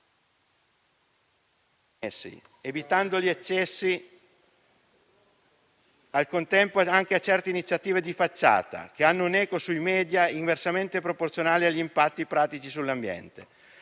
...evitando gli eccessi, al contempo, anche di certe iniziative di facciata, che hanno un'eco sui *media* inversamente proporzionale agli impatti pratici sull'ambiente.